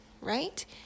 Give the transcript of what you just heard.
right